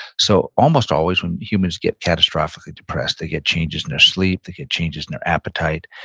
so almost always when humans get catastrophically depressed they get changes in their sleep, they get changes in their appetite,